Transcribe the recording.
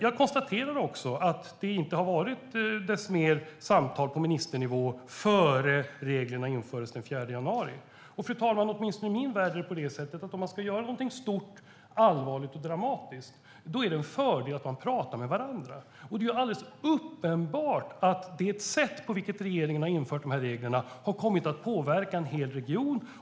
Jag konstaterar också att det inte har varit mer samtal på ministernivå innan reglerna infördes den 4 januari. Fru talman! Åtminstone i min värld är det en fördel att man pratar med varandra om man ska göra någonting stort, allvarligt och dramatiskt. Det är alldeles uppenbart att det sätt på vilket regeringen har infört de här reglerna har kommit att påverka en hel region.